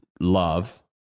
love